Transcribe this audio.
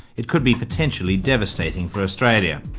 it could be potentially devastating for australia.